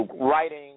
writing